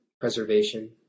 preservation